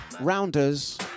Rounders